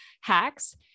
Hacks